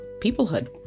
peoplehood